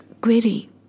query